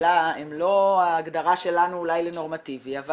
שבקהילה הם לא ההגדרה שלנו אולי לנורמטיבי אבל